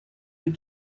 you